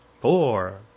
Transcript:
four